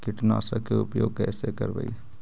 कीटनाशक के उपयोग कैसे करबइ?